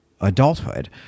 adulthood